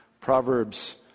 Proverbs